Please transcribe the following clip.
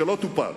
שלא טופל.